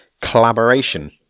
collaboration